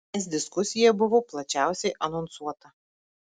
es diskusija buvo plačiausiai anonsuota